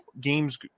games